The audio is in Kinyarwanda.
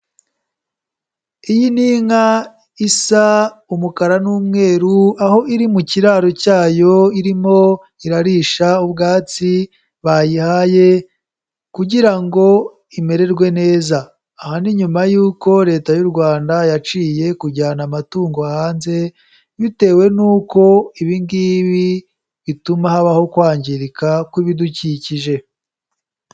Iyi ni inka isa umukara n'umweru, aho iri mu kiraro cyayo irimo irarisha ubwatsi bayihaye kugira ngo imererwe neza, aha ni nyuma y'uko Leta y'u Rwanda yaciye kujyana amatungo hanze bitewe n'uko ibi ngibi bituma habaho kwangirika kw'ibidukikije.